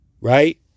Right